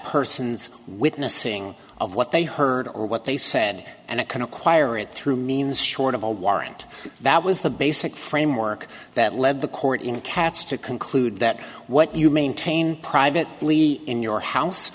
person's witnessing of what they heard or what they said and it can acquire it through means short of a warrant that was the basic framework that led the court in cats to conclude that what you maintain private in your house